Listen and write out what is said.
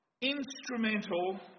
instrumental